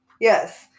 yes